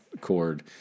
cord